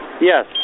Yes